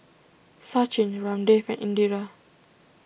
Sachin Ramdev and Indira